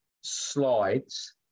slides